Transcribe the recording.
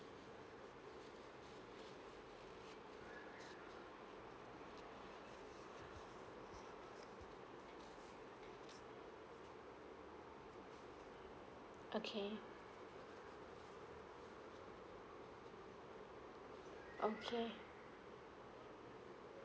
okay okay